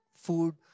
food